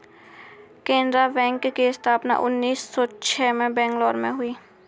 Canara bank की स्थापना उन्नीस सौ छह में मैंगलोर में हुई